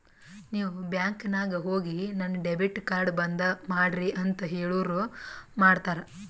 ನೀವ್ ಬ್ಯಾಂಕ್ ನಾಗ್ ಹೋಗಿ ನನ್ ಡೆಬಿಟ್ ಕಾರ್ಡ್ ಬಂದ್ ಮಾಡ್ರಿ ಅಂತ್ ಹೇಳುರ್ ಮಾಡ್ತಾರ